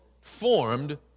formed